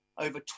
over